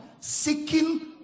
seeking